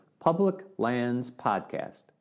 publiclandspodcast